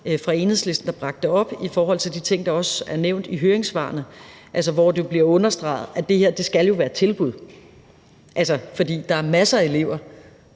fra Enhedslisten, der bragte det op i i forbindelse med de ting, der også er nævnt i høringssvarene, hvor det bliver understreget, at det her skal være et tilbud. For der er masser af elever,